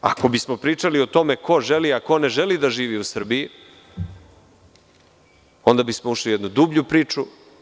Ako bismo pričali o tome ko želi, a ko ne želi da živi u Srbiji, onda bismo ušli u jednu dublju priču.